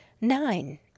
Nine